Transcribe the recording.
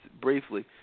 briefly